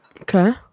Okay